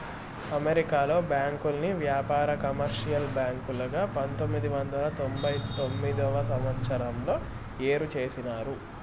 అమెరికాలో బ్యాంకుల్ని వ్యాపార, కమర్షియల్ బ్యాంకులుగా పంతొమ్మిది వందల తొంభై తొమ్మిదవ సంవచ్చరంలో ఏరు చేసినారు